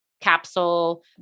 capsule